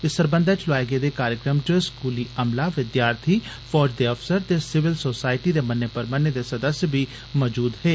इस सरबंधै च लोआए गेदे कार्यक्रम च स्कूली अमला विद्यार्थी फौज दे अधिकारी ते सिविल सोसायटी दे मन्ने परमन्ने दे सदस्य बी उत्थे मौजूद हे